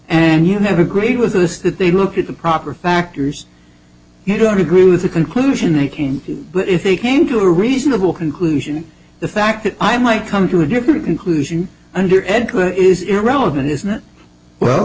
and you have agreed with us that they look at the proper factors you don't agree with the conclusion they came but if they came to a reasonable conclusion the fact that i might come to a different conclusion under ed were is irrelevant is not well